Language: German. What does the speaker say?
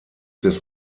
des